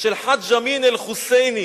של חאג' אמין אל-חוסייני,